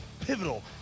Pivotal